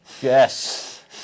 Yes